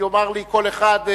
יאמר לי כל אחד,